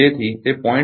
તેથી તે 0